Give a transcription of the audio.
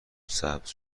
سبز